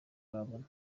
urabona